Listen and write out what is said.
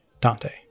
Dante